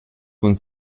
cun